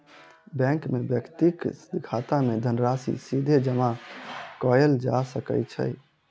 bank मे व्यक्तिक खाता मे धनराशि सीधे जमा कयल जा सकै छै